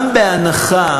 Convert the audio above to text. גם בהנחה